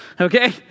Okay